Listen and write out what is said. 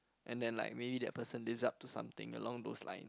and then like really that person lives up to something along those line